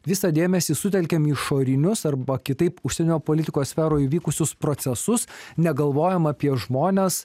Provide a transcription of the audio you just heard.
visą dėmesį sutelkiam į išorinius arba kitaip užsienio politikos sferoj vykusius procesus negalvojam apie žmones